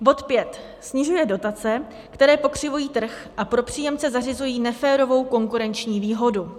Bod 5 snižuje dotace, které pokřivují trh a pro příjemce zařizují neférovou konkurenční výhodu.